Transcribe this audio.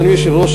אדוני היושב-ראש,